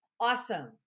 Awesome